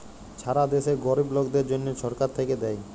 ছারা দ্যাশে গরিব লকদের জ্যনহ ছরকার থ্যাইকে দ্যায়